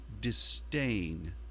disdain